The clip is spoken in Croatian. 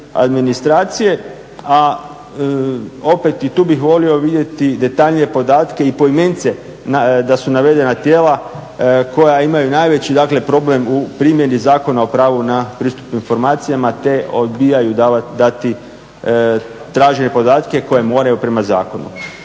administracije, a opet i tu bih volio vidjeti detaljnije podatke i poimence da su navedena tijela koja imaju najveći dakle problem u primjeni Zakona o pravu na pristup informacijama te odbijaju dati tražene podatke koje moraju prema zakonu.